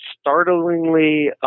Startlingly